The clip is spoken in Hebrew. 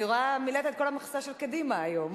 אני רואה שמילאת את כל המכסה של קדימה היום.